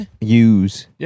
use